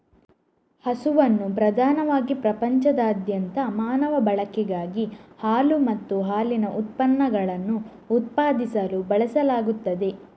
ಹಸುವನ್ನು ಪ್ರಧಾನವಾಗಿ ಪ್ರಪಂಚದಾದ್ಯಂತ ಮಾನವ ಬಳಕೆಗಾಗಿ ಹಾಲು ಮತ್ತು ಹಾಲಿನ ಉತ್ಪನ್ನಗಳನ್ನು ಉತ್ಪಾದಿಸಲು ಬಳಸಲಾಗುತ್ತದೆ